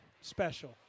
special